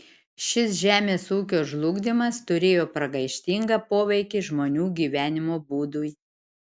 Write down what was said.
šis žemės ūkio žlugdymas turėjo pragaištingą poveikį žmonių gyvenimo būdui